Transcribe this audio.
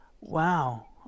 Wow